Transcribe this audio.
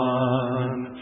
one